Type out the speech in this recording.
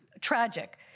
tragic